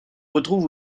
retrouve